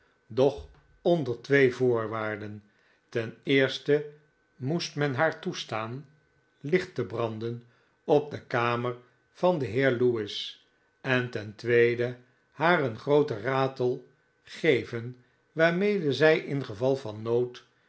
doch onder twee voorwaarden ten eerste moest men haar toestaan licht te branden op de kamer van den heer lewis en ten tweede haar een grooten ratel geven waarmecle zij ingeval van nood